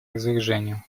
разоружению